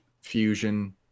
fusion